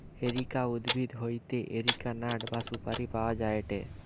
areca উদ্ভিদ হইতে areca nut বা সুপারি পাওয়া যায়টে